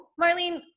Marlene